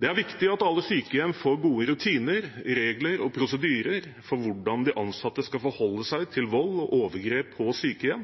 Det er viktig at alle sykehjem får gode rutiner, regler og prosedyrer for hvordan de ansatte skal forholde seg til vold og overgrep på sykehjem.